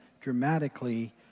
dramatically